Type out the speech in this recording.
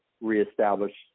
reestablish